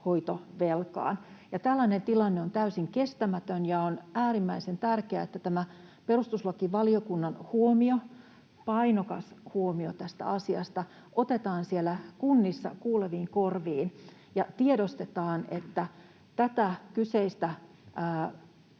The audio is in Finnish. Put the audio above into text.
hoitovelkaan. Tällainen tilanne on täysin kestämätön, ja on äärimmäisen tärkeää, että tämä perustuslakivaliokunnan huomio, painokas huomio, tästä asiasta otetaan siellä kunnissa kuuleviin korviin ja tiedostetaan, että tätä kyseistä